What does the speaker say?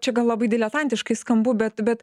čia gal labai diletantiškai skambu bet bet